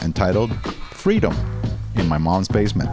entitled freedom in my mom's basement